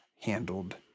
Handled